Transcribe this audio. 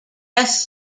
dress